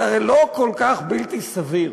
זה הרי לא כל כך בלתי סביר.